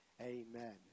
Amen